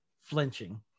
flinching